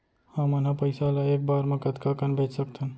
हमन ह पइसा ला एक बार मा कतका कन भेज सकथन?